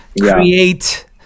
create